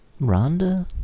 Rhonda